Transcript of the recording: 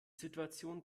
situation